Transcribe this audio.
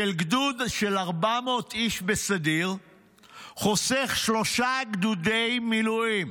שגדוד של 400 איש בסדיר חוסך שלושה גדודי מילואים.